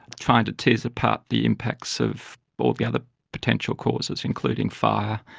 trying to tease apart the impacts of all the other potential causes including fire,